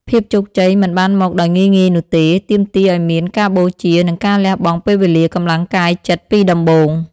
ភាពជោគជ័យមិនបានមកដោយងាយៗនោះទេ ទាមទារឲ្យមានការបូជា និងការលះបង់ពេលវេលា កម្លាំងកាយចិត្តពីដំបូង។